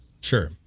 sure